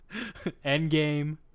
Endgame